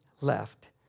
left